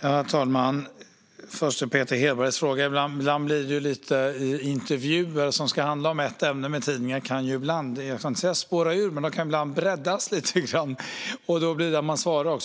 Herr talman! Först vill jag svara på Peter Hedbergs fråga. Tidningsintervjuer som ska handla om ett ämne kan ibland breddas lite; jag ska inte säga att de spårar ur. Då svarar man